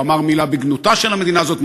לא אמר מילה בגנותה של המדינה הזאת,